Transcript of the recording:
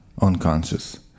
unconscious